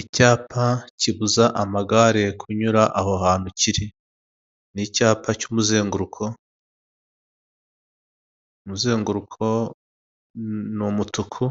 Icyapa kibuza amagare kunyura aho hantu kiri, ni icyapa cy'umuzenguruko, umuzenguruko ni umutuku,